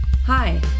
Hi